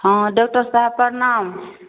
हँ डॉक्टर साहब प्रणाम